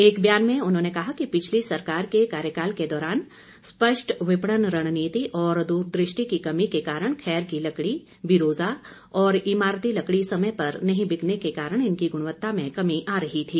एक बयान में उन्होंने कहा कि पिछली सरकार के कार्यकाल के दौरान स्पष्ट विपणन रणनीति और द्रदृष्टि की कमी के कारण खैर की लकड़ी बिरोजा और इमारती लकड़ी समय पर नहीं बिकने के कारण इनकी ग्रणवत्ता में कमी आ रही थी